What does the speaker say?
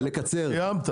מודה